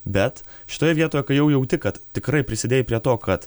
bet šitoje vietoje kai jau jauti kad tikrai prisidėjai prie to kad